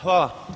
Hvala.